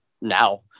now